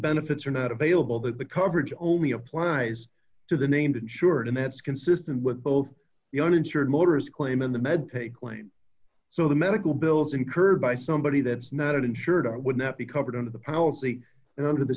benefits are not available that the coverage only applies to the named insured and that's consistent with both the uninsured motorist claim and the med take claim so the medical bills incurred by somebody that is not insured would not be covered under the policy and under the